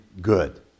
good